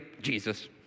Jesus